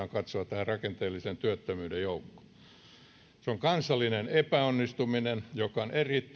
tähän rakenteellisen työttömyyden joukkoon se on kansallinen epäonnistuminen joka on erittäin